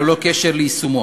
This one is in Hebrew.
ללא קשר ליישומו,